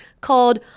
called